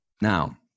Now